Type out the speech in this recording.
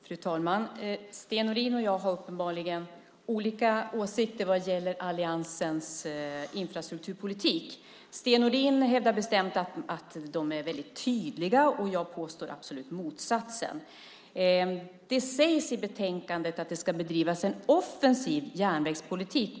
Fru talman! Sten Nordin och jag har uppenbarligen olika åsikter vad gäller alliansens infrastrukturpolitik. Sten Nordin hävdar bestämt att de är tydliga, och jag påstår absolut motsatsen. Det sägs i betänkandet att det ska bedrivas en offensiv järnvägspolitik.